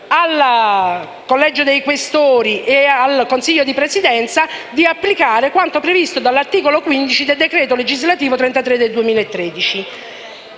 al Collegio dei Questori e al Consiglio di Presidenza di applicare quando previsto dall'articolo 15 del decreto legislativo n. 33 del 2013.